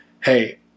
hey